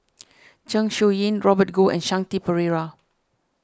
Zeng Shouyin Robert Goh and Shanti Pereira